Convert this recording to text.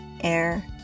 air